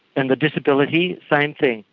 and the disability, same thing.